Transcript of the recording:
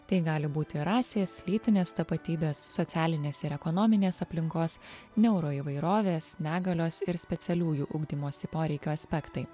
tai gali būti rasės lytinės tapatybės socialinės ir ekonominės aplinkos neuro įvairovės negalios ir specialiųjų ugdymosi poreikių aspektai